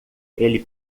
ele